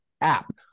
app